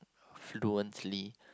fluently